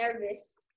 nervous